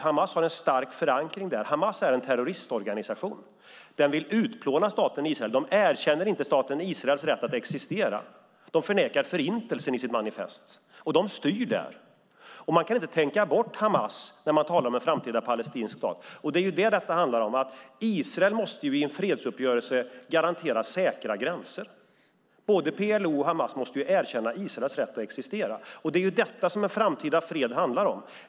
Hamas har en stark förankring där, Hamas är en terroristorganisation och Hamas vill utplåna staten Israel. De erkänner inte staten Israels rätt att existera, de förnekar Förintelsen i sitt manifest och de styr där. Man kan inte tänka bort Hamas när man talar om en framtida palestinsk stat. Det är vad detta handlar om. Israel måste i en fredsuppgörelse garanteras säkra gränser. Både PLO och Hamas måste erkänna Israels rätt att existera. Det är detta som en framtida fred handlar om.